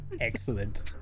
excellent